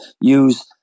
use